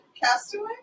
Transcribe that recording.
Castaway